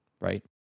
right